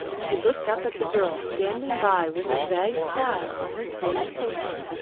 she looked up at the girl standing by with a vague smile on her dreamy face.